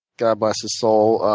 god bless his soul,